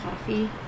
coffee